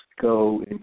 go